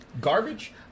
garbage